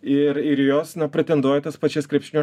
ir ir jos na pretenduoja į tas pačias krepšinio